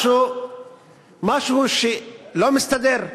משהו שלא מסתדר.